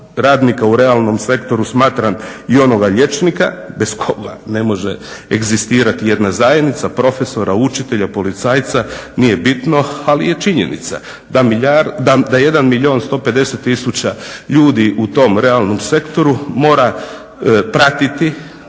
u realnom sektoru smatram i onoga liječnika bez koga ne može egzistirati jedna zajednica, profesora, učitelja, policajca nije bitno ali je činjenica da 1 150 000 ljudi u tom realnom sektoru mora pratiti 1